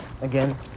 Again